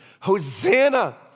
Hosanna